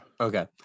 Okay